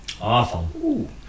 Awful